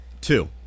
Two